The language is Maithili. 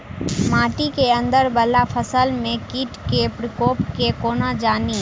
माटि केँ अंदर वला फसल मे कीट केँ प्रकोप केँ कोना जानि?